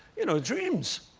you know, dreams!